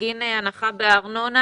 בגין הנחה בארנונה